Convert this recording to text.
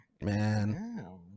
man